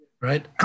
right